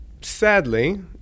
sadly